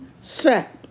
set